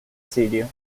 sirio